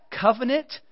covenant